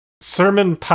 Sermon